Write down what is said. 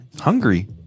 hungry